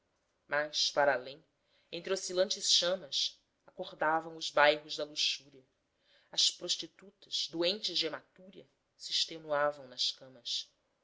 mas para além entre oscilantes chamas acordavam os bairros da luxúria as prostitutas doentes de hematúria se extenuavam nas camas